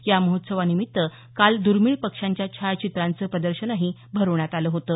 या महोत्सवानिमित्त काल दुर्मिळ पक्ष्यांच्या छायाचित्रांचं प्रदर्शन भरवण्यात आलं होतं